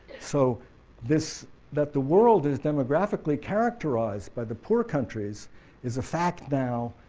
so this that the world is demographically characterized by the poor countries is a fact now,